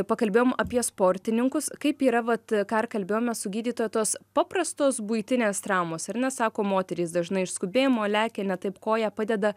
pakalbėjom apie sportininkus kaip yra vat ką ir kalbėjome su gydytoja tos paprastos buitinės traumos ar ne sako moterys dažnai iš skubėjimo lekia ne taip koją padeda